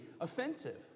offensive